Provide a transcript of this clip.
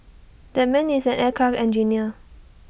that man is an aircraft engineer